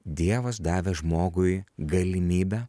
dievas davė žmogui galimybę